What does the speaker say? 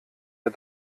der